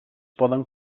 poden